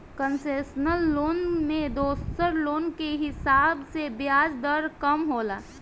concessional loan में दोसर loan के हिसाब से ब्याज दर कम होला